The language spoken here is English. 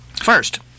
First